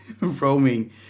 roaming